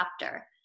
chapter